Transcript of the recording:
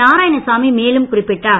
நாராயணசாமி மேலும் குறிப்பிட்டார்